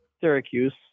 Syracuse